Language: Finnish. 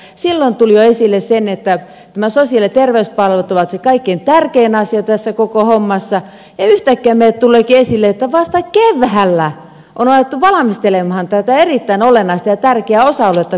jo silloin tuli esille se että nämä sosiaali ja terveyspalvelut ovat se kaikkein tärkein asia tässä koko hommassa ja yhtäkkiä meille tuleekin esille että vasta keväällä on alettu valmistella tätä erittäin olennaista ja tärkeää osa aluetta koko hommassa